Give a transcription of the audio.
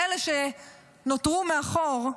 אלה שנותרו מאחור,